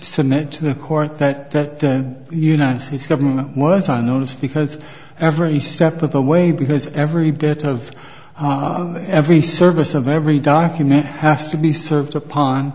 submitted to the court that that the united states government was on notice because every step of the way because every bit of every service of every document has to be served upon